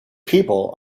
people